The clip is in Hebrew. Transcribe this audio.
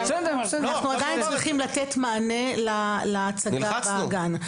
עדיין אנחנו צריכים לתת מענה להצגה בגן.